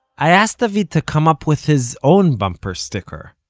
i asked david to come up with his own bumper sticker,